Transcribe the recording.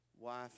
wife